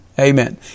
Amen